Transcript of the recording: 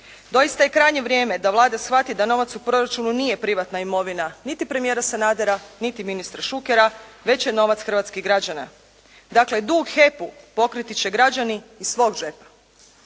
Doista je krajnje vrijeme da Vlada shvati da novac u proračunu nije privatna imovina, niti premijera Sanadera, niti ministra Šukera, već je novac hrvatskih građana. Dakle, dug HEP-u pokriti će građani iz svog džepa.